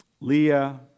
Leah